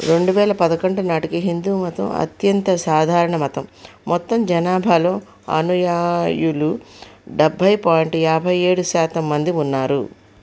రెండువేల పదకొండు నాటికి హిందూమతం అత్యంత సాధారణ మతం మొత్తం జనాభాలో అనుయాయులు డెబ్భై పాయింట్ యాభైయేడు శాతం మంది ఉన్నారు